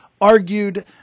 argued